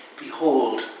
Behold